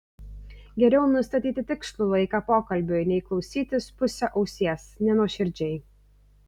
geriau nustatyti tikslų laiką pokalbiui nei klausytis puse ausies nenuoširdžiai